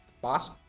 Boss